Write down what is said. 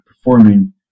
performing